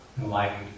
enlightened